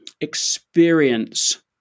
experience